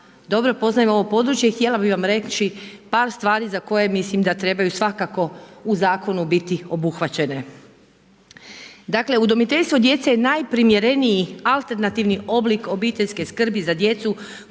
dobro poznajem ovo područje i htjela bi vam reći, par stvari za koje mislim da trebaju biti svakako u zakonu biti obuhvaćene. Dakle, udomiteljstvo djece je najprimjereniji alternativni oblik obiteljske skrbi za djecu,